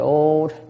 old